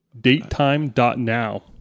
Datetime.now